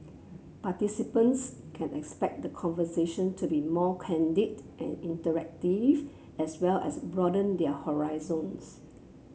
participants can expect the conversation to be more candid and interactive as well as broaden their horizons